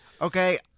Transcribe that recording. okay